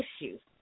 issues